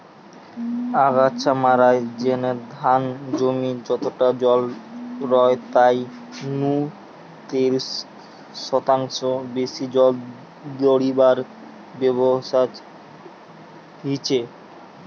আগাছা মারার জিনে ধান জমি যতটা জল রয় তাই নু তিরিশ শতাংশ বেশি জল দাড়িবার ব্যবস্থা হিচে